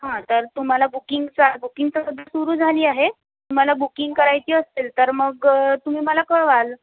हा तर तुम्हाला बुकिंगचा बुकिंग तर सध्या सुरू झाली आहे तुम्हाला बुकिंग करायची असेल तर मग तुम्ही मला कळवाल